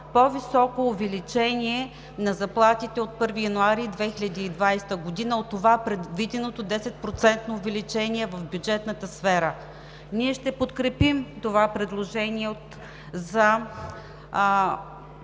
по високо увеличение на заплатите от 1 януари 2020 г. от предвиденото 10-процентно увеличение в бюджетната сфера. Ние ще подкрепим това предложение за